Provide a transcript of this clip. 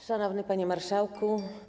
Szanowny Panie Marszałku!